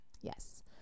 Yes